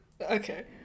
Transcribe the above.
okay